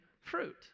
fruit